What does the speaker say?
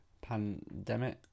Pandemic